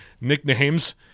Nicknames